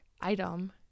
item